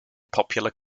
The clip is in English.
popular